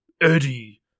Eddie